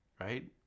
Right